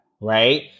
right